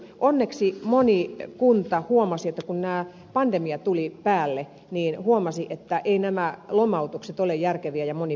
onneksi moni kunta huomasi että kun tämä pandemia tuli päälle niin eivät nämä lomautukset ole järkeviä ja moni perui ne